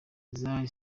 isae